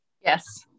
Yes